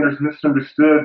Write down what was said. misunderstood